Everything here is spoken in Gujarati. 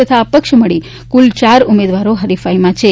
તથા અપક્ષ મળી કુલ ચાર ઉમેદવારો હરીફાઈમાં છે